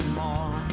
more